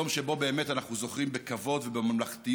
יום שבו באמת אנחנו זוכרים בכבוד ובממלכתיות-משהו